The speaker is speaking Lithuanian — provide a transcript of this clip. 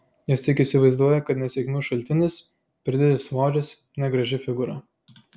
jos tik įsivaizduoja kad nesėkmių šaltinis per didelis svoris negraži figūra